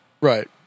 Right